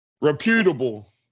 reputable